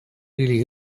really